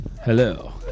hello